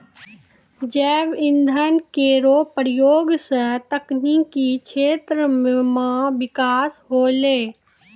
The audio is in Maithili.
जैव इंधन केरो प्रयोग सँ तकनीकी क्षेत्र म बिकास होलै